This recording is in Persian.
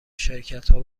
شرکتها